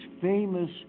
famous